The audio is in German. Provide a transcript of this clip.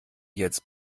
jetzt